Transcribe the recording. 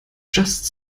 just